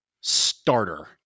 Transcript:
starter